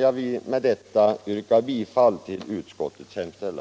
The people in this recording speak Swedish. Jag vill med det anförda yrka bifall till utskottets hemställan.